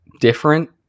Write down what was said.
different